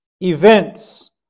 events